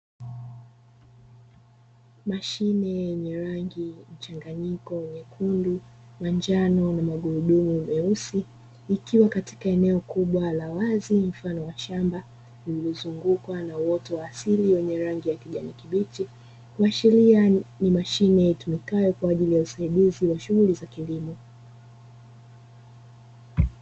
Mashine yenye rangi mchanganyiko nyekundu, njano na magurudumu meusi, ikiwa katika eneo kubwa la wazi mfano wa shamba lililozungukwa na uoto wa asili wenye rangi ya kijani kibichi, kuashiria ni mashine itumikayo kwa ajili ya usaidizi wa shuguli za kilimo.